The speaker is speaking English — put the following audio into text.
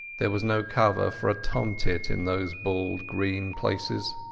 there was no cover for a tomtit in those bald green places.